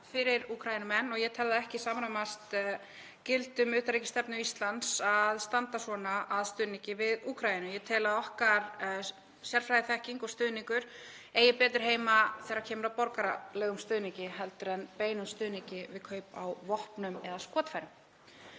fyrir Úkraínumenn og ég tel það ekki samræmast gildum utanríkisstefnu Íslands að standa svona að stuðningi við Úkraínu. Ég tel að okkar sérfræðiþekking og stuðningur eigi betur heima þegar kemur að borgaralegum stuðningi heldur en með beinum stuðningi við kaup á vopnum eða skotfærum.